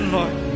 Lord